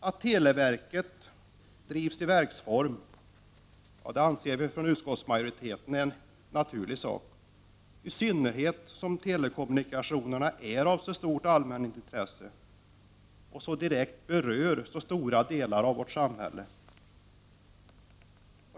Att televerket drivs i verksform anser vidare utskottsmajoriteten är helt naturligt, i synnerhet som telekommunikationer är av så stort allmänintresse och så direkt berör så stora delar av vårt samhälle.